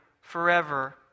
forever